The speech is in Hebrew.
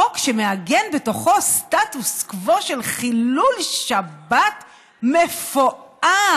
חוק שמעגן בתוכו סטטוס קוו של חילול שבת מפואר,